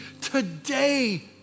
today